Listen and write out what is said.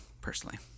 personally